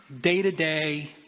day-to-day